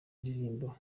ndirimbo